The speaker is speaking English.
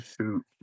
shoot